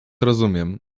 rozumiem